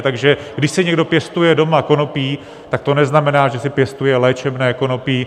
Takže když si někdo pěstuje doma konopí, tak to neznamená, že si pěstuje léčebné konopí.